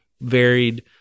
varied